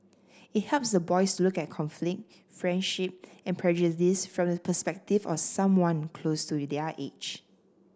it helps the boys to look at conflict friendship and prejudice from the perspective of someone close to their age